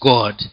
God